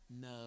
No